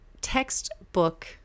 textbook